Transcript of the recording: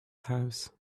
house